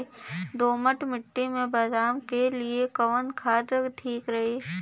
दोमट मिट्टी मे बादाम के लिए कवन खाद ठीक रही?